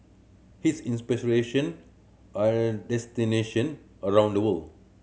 his are destination around the world